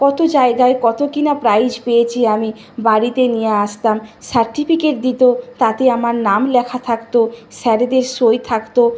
কত জায়গায় কত কী না প্রাইজ পেয়েছি আমি বাড়িতে নিয়ে আসতাম সার্টিফিকেট দিত তাতে আমার নাম লেখা থাকত স্যারেদের সই থাকত